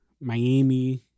Miami